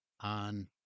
on